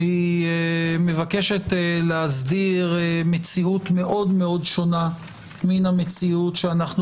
שמבקשת להסדיר מציאות מאוד-מאוד שונה מהמציאות שאנחנו